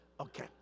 Okay